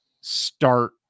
start